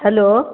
hello